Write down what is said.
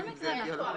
תשמעי,